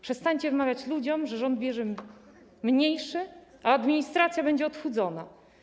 Przestańcie wmawiać ludziom, że rząd będzie mniejszy, a administracja będzie odchudzona.